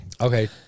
Okay